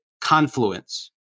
confluence